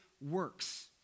works